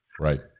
Right